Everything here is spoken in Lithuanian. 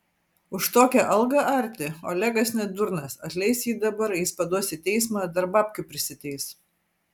už tokią algą arti olegas ne durnas atleis jį dabar jis paduos į teismą dar babkių prisiteis